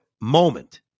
moment